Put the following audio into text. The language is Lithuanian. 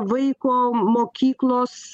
vaiko mokyklos